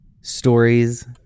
stories